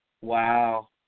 wow